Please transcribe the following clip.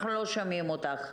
עכשיו אנחנו שומעים אתכם,